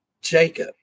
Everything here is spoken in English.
Jacob